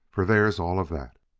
for there's all of that!